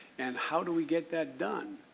and how do we get that done?